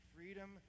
Freedom